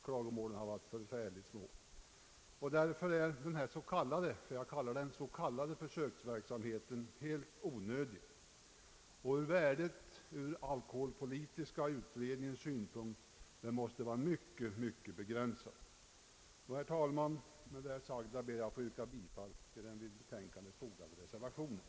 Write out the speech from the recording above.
Klagomålen har varit ytterligt få. Därför är denna s.k. försöksverksamhet — observera att jag använder uttrycket s. k, — fullständigt onödig. Värdet av den ur alkoholpolitiska utredningens synpunkt måste också vara mycket begränsat. Herr talman! Med det sagda ber jag att få yrka bifall till den vid betänkandet fogade reservationen.